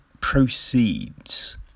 proceeds